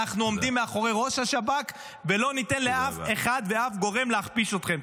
אנחנו עומדים מאחורי ראש השב"כ ולא ניתן לאף אחד ואף גורם להכפיש אתכם.